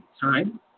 time